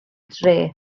dre